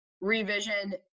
revision